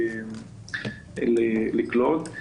לקלוט.